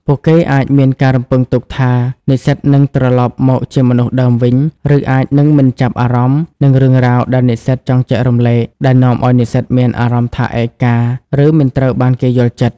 ពួកគេអាចមានការរំពឹងទុកថានិស្សិតនឹងត្រឡប់មកជាមនុស្សដើមវិញ ឬអាចនឹងមិនចាប់អារម្មណ៍នឹងរឿងរ៉ាវដែលនិស្សិតចង់ចែករំលែក ដែលនាំឱ្យនិស្សិតមានអារម្មណ៍ថាឯកា ឬមិនត្រូវបានគេយល់ចិត្ត។